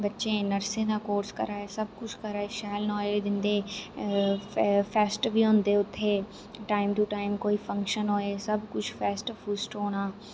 बच्चे नर्सें दा कोर्स करा दे सब कुछ करै दे शैल नालेज दिंदे फैस्ट बी होंदे उत्थे टाइम टू टाइम कोई फंक्शन होए सब कुछ फैस्ट फुस्ट होना